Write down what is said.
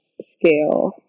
scale